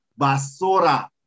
basura